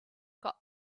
got